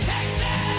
Texas